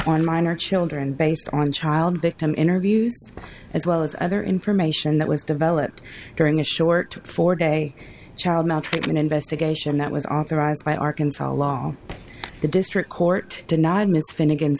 on minor children based on child victim interviews as well as other information that was developed during a short four day child maltreatment investigation that was authorized by arkansas law the district court denied ms finnegan